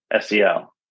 SEL